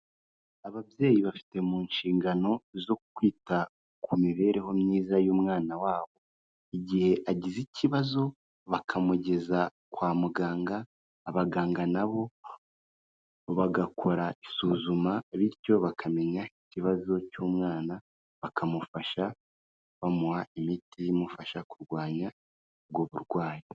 Ababyeyi bafite mu nshingano zo kwita ku mibereho myiza y'umwana wabo, igihe agize ikibazo bakamugeza kwa muganga, abaganga na bo bagakora isuzuma bityo bakamenya ikibazo cy'umwana, bakamufasha bamuha imiti imufasha kurwanya ubwo burwayi.